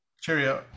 Cheerio